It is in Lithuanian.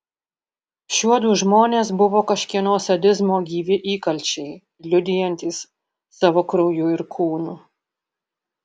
šiuodu žmonės buvo kažkieno sadizmo gyvi įkalčiai liudijantys savo krauju ir kūnu